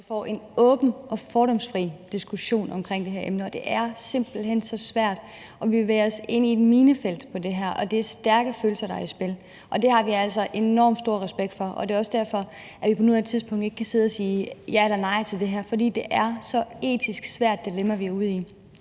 vi får en åben og fordomsfri diskussion om det her emne, og det er simpelt hen så svært, og vi bevæger os ind i et minefelt her. Det er stærke følelser, der er i spil, og det har vi altså enormt stor respekt for, og det er også derfor, at vi ikke på nuværende tidspunkt kan sidde og sige ja eller nej til det her, for det er så etisk svært et dilemma, vi er ude i.